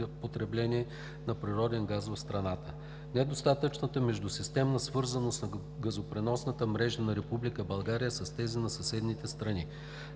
потребление на природен газ в страната; - недостатъчната междусистемна свързаност на газопреносната мрежа на Република България с тези на съседните страни.